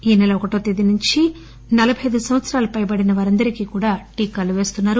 ఈ నెల ఒకటో తేదీ నుంచి నలబై అయిదు సంవత్సరాలు పైబడిన వారందరికీ కూడా టీకాలు వేస్తున్నారు